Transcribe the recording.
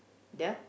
their